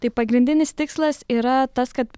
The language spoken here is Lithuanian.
tai pagrindinis tikslas yra tas kad